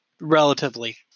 relatively